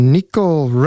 Nicole